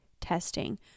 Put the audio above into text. testing